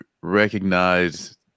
recognize